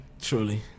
Truly